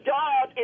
dog